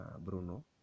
Bruno